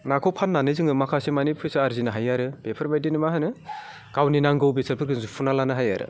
नाखौ फाननानै जोङो माखासेमानि फैसा आर्जिनो हायो आरो बेफोरबायदिनो मा होनो गावनि नांगौ बेसादफोरखौ सुफुंना लानो हायो आरो